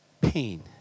pain